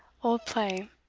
old play.